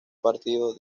partido